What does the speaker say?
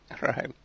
Right